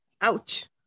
ouch